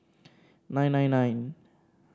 nine nine nine